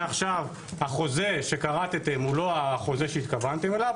מעכשיו החוזה שכרתם הוא לא החוזה שהתכוונתם אליו,